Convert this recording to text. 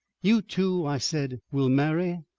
you two, i said, will marry?